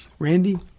Randy